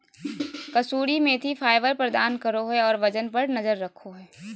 कसूरी मेथी फाइबर प्रदान करो हइ और वजन पर नजर रखो हइ